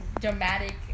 dramatic